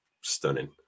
stunning